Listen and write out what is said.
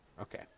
okay